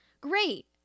Great